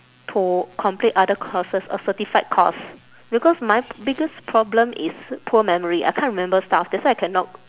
to complete other courses a certified course because my biggest problem is poor memory I can't remember stuff that's why I cannot